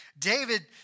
David